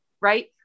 right